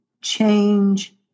change